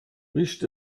riecht